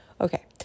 okay